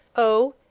oh,